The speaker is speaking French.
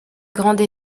grande